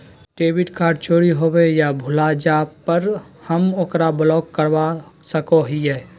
debit card चोरी होवे या भुला जाय पर हम ओकरा ब्लॉक करवा सको हियै